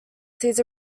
sees